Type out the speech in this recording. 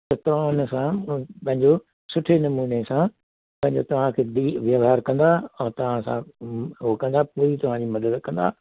त तव्हां हुन सां पंहिंजो सुठे नमूने सां पंहिंजो तव्हांखे वहिंवार कंदा ऐं तव्हां सां उहो कंदा पूरी तव्हांजी मदद कंदा